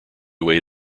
way